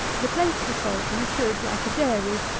the place for salting should, like a dairy,